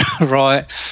Right